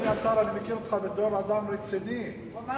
אני מכיר אותך, אדוני השר,